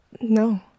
No